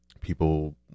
people